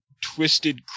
twisted